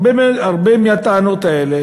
הרבה מהטענות האלה,